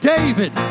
David